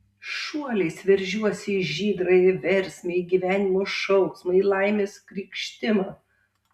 šuoliais veržiuosi į žydrąją versmę į gyvenimo šauksmą į laimės krykštimą